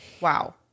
Wow